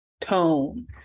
tone